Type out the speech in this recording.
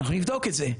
אנחנו נבדוק את זה,